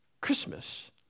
Christmas